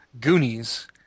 Goonies